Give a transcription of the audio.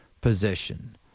position